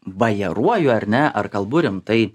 bajeruoju ar ne ar kalbu rimtai